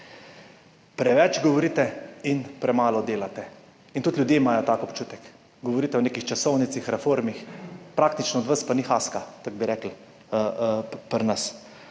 Preveč govorite in premalo delate in tudi ljudje imajo tak občutek. Govorite o nekih časovnicah, reformi, od vas pa praktično ni haska, tako bi rekli pri nas.